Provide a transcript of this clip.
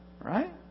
right